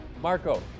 Marco